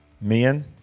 men